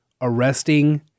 arresting